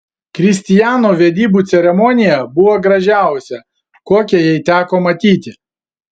kristijano vedybų ceremonija buvo gražiausia kokią jai teko matyti